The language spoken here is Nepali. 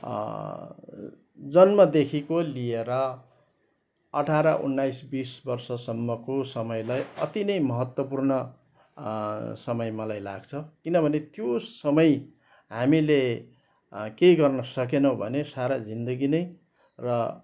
जन्मदेखिको लिएर अठार उन्नाइस बिस वर्षसम्मको समयलाई अति नै महत्त्वपूर्ण समय मलाई लाग्छ किनभने त्यो समय हामीले केही गर्न सकेनौँ भने सारा जिन्दगी नै र